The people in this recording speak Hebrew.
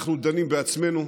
אנחנו דנים בעצמנו,